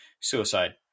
suicide